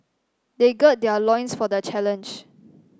they gird their loins for the challenge